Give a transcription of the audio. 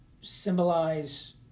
symbolize